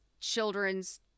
children's